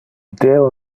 deo